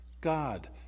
God